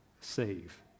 save